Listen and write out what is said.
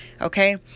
okay